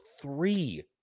three